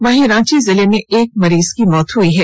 वहीं रांची जिले में एक मरीज की मौत हुई है